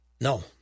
No